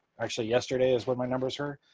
actually, yesterday is what my numbers are.